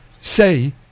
say